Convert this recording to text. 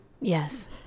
Yes